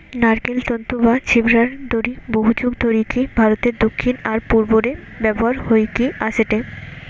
নারকেল তন্তু বা ছিবড়ার দড়ি বহুযুগ ধরিকি ভারতের দক্ষিণ আর পূর্ব রে ব্যবহার হইকি অ্যাসেটে